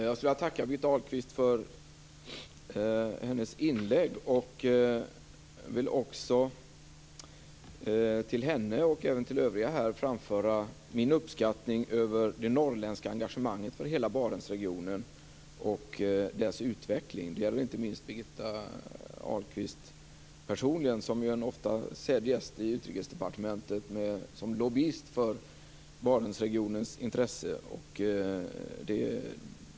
Herr talman! Jag tackar Birgitta Ahlqvist för hennes inlägg. Jag vill också till henne och övriga här framföra min uppskattning över det norrländska engagemanget för Barentsregionen och dess utveckling. Det gäller inte minst Birgitta Ahlqvist personligen som är en ofta sedd gäst i Utrikesdepartementet som lobbyist för Barentsregionens intressen.